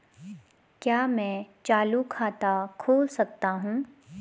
क्या मैं चालू खाता खोल सकता हूँ?